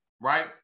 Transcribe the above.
right